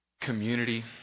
community